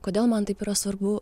kodėl man taip yra svarbu